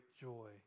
joy